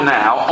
now